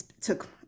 took